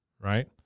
right